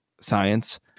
science